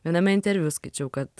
viename interviu skaičiau kad